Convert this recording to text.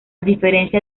diferencia